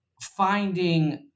finding